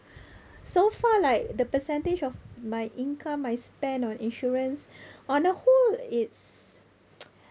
so far like the percentage of my income I spend on insurance on a whole it's